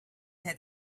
had